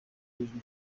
w’ijwi